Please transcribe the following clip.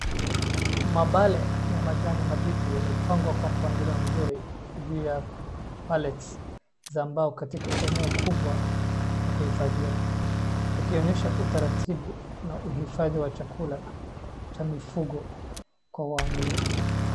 Mabale ya majani mabichi ambayo yamepangwa kwa mpangilio mzuri juu ya pallets za mbao katika eneo kubwa ya kuhifadhia, ikionyesha utaratibu na uhifadhi wa chakula cha mifugo kwa uangalifu.